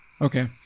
Okay